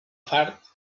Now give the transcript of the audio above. fart